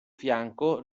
fianco